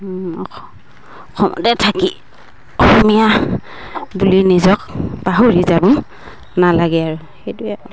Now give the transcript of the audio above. অসমতে থাকি অসমীয়া বুলি নিজক পাহৰি যাব নালাগে আৰু সেইটোৱে